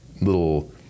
little